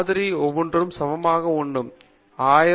மாதிரி ஒவோன்றுகும் சம வாய்ப்புகளை வேண்டும்